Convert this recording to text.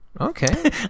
okay